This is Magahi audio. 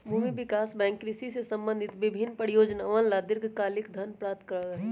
भूमि विकास बैंक कृषि से संबंधित विभिन्न परियोजनअवन ला दीर्घकालिक धन प्रदान करा हई